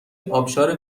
آبشار